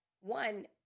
one